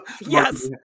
Yes